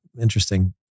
interesting